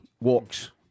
walks